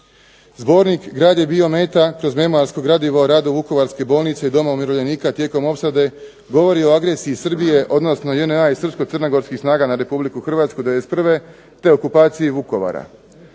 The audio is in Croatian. Zbornik, grad je bio meta … rada Vukovarske bolnice i Doma umirovljenika tijekom opsade govori o agresiji Srbije odnosno JNA i Srpsko-crnogorskih snaga na Republiku Hrvatsku 91. te okupaciji Vukovara.